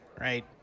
Right